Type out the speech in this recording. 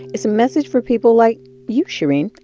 it's a message for people like you, shereen,